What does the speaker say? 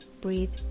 Breathe